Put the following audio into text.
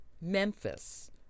Memphis